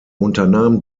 unternahm